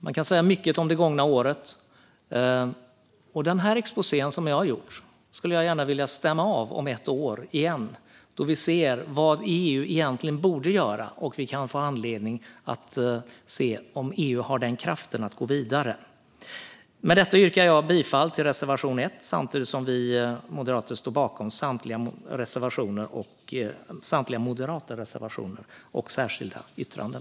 Man kan säga mycket om det gångna året, och den exposé jag nu gjort skulle jag gärna vilja stämma av om ett år igen då vi ser vad EU egentligen borde göra och vi kan få anledning att se om EU har kraften att gå vidare. Jag yrkar bifall till reservation 1 men står givetvis bakom samtliga våra reservationer och särskilda yttranden.